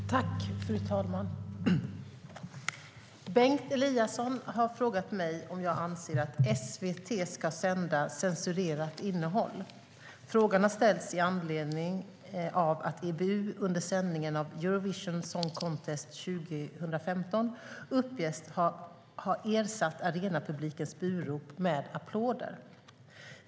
Fru talman! Bengt Eliasson har frågat mig om jag anser att SVT ska sända censurerat innehåll. Frågan har ställts i anledning av att EBU under sändningen av Eurovision Song Contest 2015 uppges ha ersatt arenapublikens burop med applåder.